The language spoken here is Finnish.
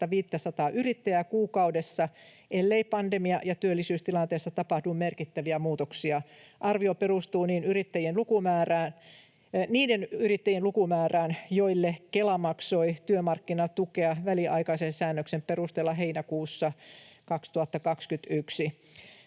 500:aa yrittäjää kuukaudessa, ellei pandemia- ja työllisyystilanteessa tapahdu merkittäviä muutoksia. Arvio perustuu niiden yrittäjien lukumäärään, joille Kela maksoi työmarkkinatukea väliaikaisen säännöksen perusteella heinäkuussa 2021.